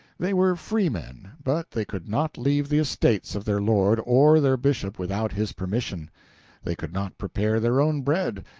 they were freemen, but they could not leave the estates of their lord or their bishop without his permission they could not prepare their own bread,